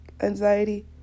anxiety